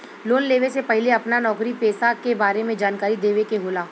Loan लेवे से पहिले अपना नौकरी पेसा के बारे मे जानकारी देवे के होला?